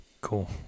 Cool